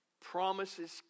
Promises